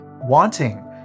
wanting